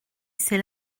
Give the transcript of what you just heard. c’est